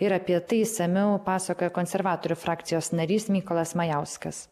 ir apie tai išsamiau pasakojo konservatorių frakcijos narys mykolas majauskas